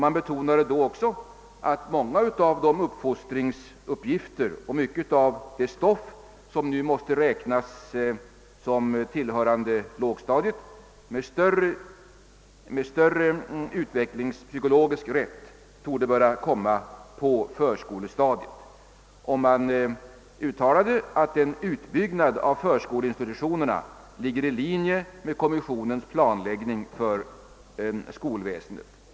Man betonade då också att många av de uppfostringsuppgifter och mycket av det stoff, som nu måste räknas som tillhörande lågstadiet, med större utvecklingspsykologisk rätt torde böra komma på förskolestadiet. Man uttalade att en utbyggnad av förskoleinstitutionerna låg i linje med kommissionens planläggning för skolväsendet.